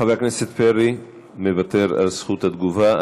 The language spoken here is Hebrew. חבר הכנסת פרי, מוותר על זכות התגובה.